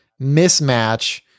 mismatch